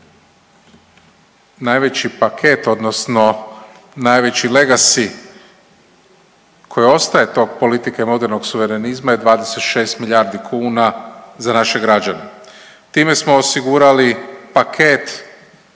najveći paket, odnosno najveći legasi koji ostaje te politike modernog suverenizma je 26 milijardi kuna za naše građane. Time smo osigurali paket